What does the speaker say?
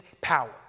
power